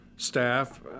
staff